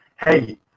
hey